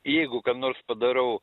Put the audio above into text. jeigu kam nors padarau